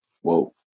Whoa